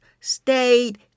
stayed